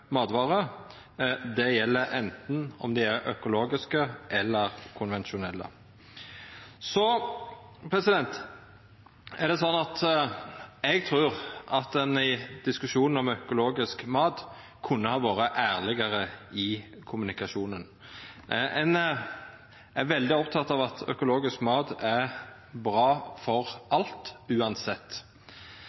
Det gjeld anten dei er økologiske eller konvensjonelle. Eg trur at ein i diskusjonen om økologisk mat kunne ha vore ærlegare i kommunikasjonen. Ein er veldig oppteken av at økologisk mat er bra for alt, uansett.